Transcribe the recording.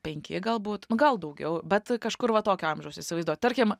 penki galbūt nu gal daugiau bet kažkur va tokio amžiaus įsivaizduot tarkim